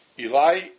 Eli